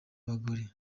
abagore